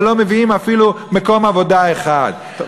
אבל לא מביאים אפילו מקום עבודה אחד.